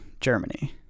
Germany